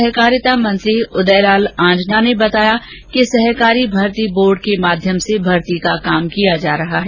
सहकारिता मंत्री उदयलाल आंजना ने बताया कि सहकारी भर्ती बोर्ड के माध्यम से भर्ती का कार्य किया जा रहा है